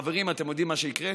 חברים, אתם יודעים מה יקרה?